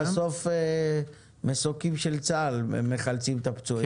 בסוף מסוקים של צה"ל מחלצים את הפצועים.